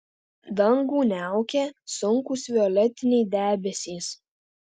dangų niaukė sunkūs violetiniai debesys